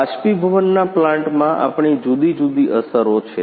બાષ્પીભવનના પ્લાન્ટમાં આપણી જુદી જુદી અસરો છે